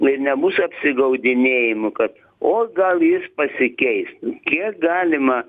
nu ir nebus apsigaudinėjimų kad o gal jis pasikeis kiek galima